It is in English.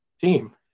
team